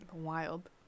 Wild